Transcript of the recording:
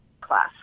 class